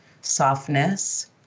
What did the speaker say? softness